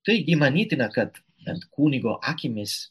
taigi manytina kad net kunigo akimis